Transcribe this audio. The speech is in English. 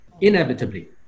inevitably